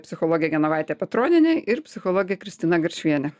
psichologė genovaitė petronienė ir psichologė kristina garšvienė